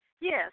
Yes